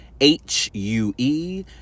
h-u-e